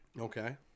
Okay